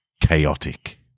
chaotic